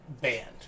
banned